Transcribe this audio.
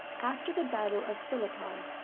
after the battle of phillippi,